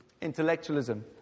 Intellectualism